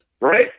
Right